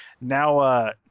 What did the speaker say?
now